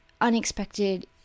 unexpected